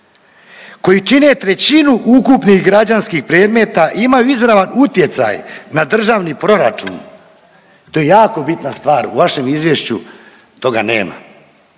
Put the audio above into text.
koji čine trećinu ukupnih građanskih predmeta, imaju izravan utjecaj na državni proračun. To je jako bitna stvar u vašem izvješću toga nema.